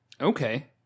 okay